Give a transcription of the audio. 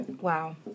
Wow